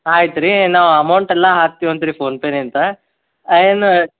ಆಯ್ತು ರೀ ನಾವು ಅಮೌಂಟೆಲ್ಲ ಹಾಕ್ತೀವಂತ್ರಿ ಫೋನ್ಪೇನಿಂದ ಇನ್ನು